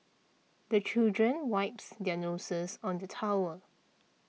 the children wipes their noses on the towel